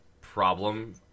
problem